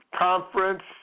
Conference